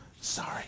Sorry